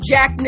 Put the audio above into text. Jack